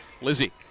Lizzie